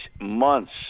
months